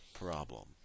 problem